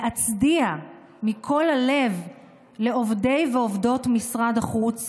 להצדיע מכל הלב לעובדי ועובדות משרד החוץ,